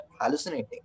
hallucinating